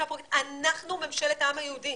אנחנו ממשלת העם היהודי.